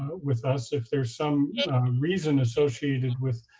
with us, if there's some reason associated with